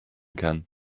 kann